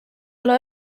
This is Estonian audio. ole